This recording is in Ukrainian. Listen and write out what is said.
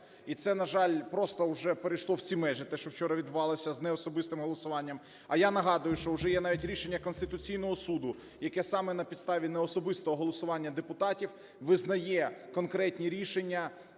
І це, на жаль, просто уже перейшло всі межі, те, що вчора відбувалося з неособистим голосуванням. А я нагадую, що вже є навіть рішення Конституційного Суду, яке саме на підставі неособистого голосування депутатів визнає конкретні рішення